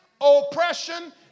oppression